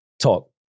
talk